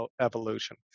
evolution